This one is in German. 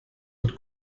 hat